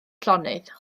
llonydd